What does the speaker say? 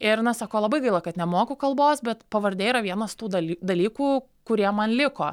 ir na sako labai gaila kad nemoku kalbos bet pavardė yra vienas tų daly dalykų kurie man liko